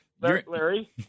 Larry